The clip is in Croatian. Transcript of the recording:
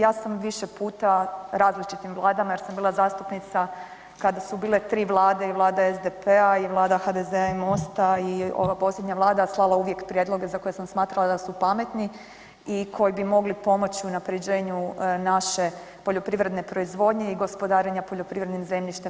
Ja sam više puta različitim vladama, jer sam bila zastupnica kada su bile 3 vlade i vlada SDP-a i vlada HDZ-a i MOST-a i ova posljednja vlada, slala uvijek prijedloge za koje sam smatrala da su pametni i koji bi mogli pomoć unaprjeđenju naše poljoprivredne proizvodnje i gospodarenja poljoprivrednim zemljištem.